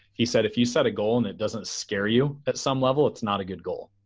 he said, if you set a goal and it doesn't scare you at some level, it's not a good goal,